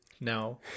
no